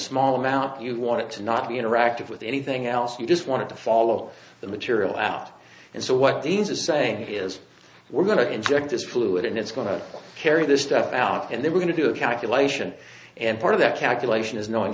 small mouth you want to not be interactive with anything else you just want to follow the material out and so what these are saying is we're going to inject this fluid and it's going to carry this stuff out and they were going to do a calculation and part of that calculation is knowing